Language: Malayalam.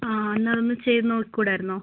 ആ എന്നാൽ അതൊന്ന് ചെയ്ത് നോക്കി കൂടായിരുന്നോ